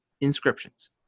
inscriptions